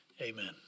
Amen